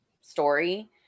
story